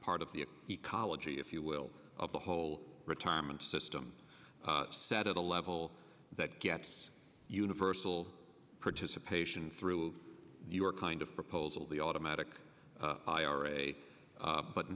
part of the ecology if you will of the whole retirement system set at a level that gets universal participation through your kind of proposal the automatic